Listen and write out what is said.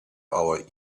our